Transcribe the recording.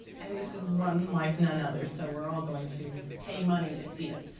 and this is one like none other. so we're all going to pay money to see it.